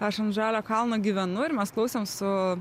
aš ant žalio kalno gyvenu ir mes klausėm su